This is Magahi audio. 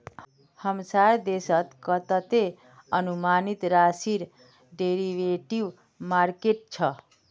हमसार देशत कतते अनुमानित राशिर डेरिवेटिव मार्केट छ